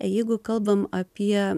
jeigu kalbam apie